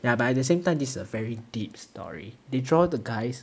ya but at the same time this is a very deep story they draw the guys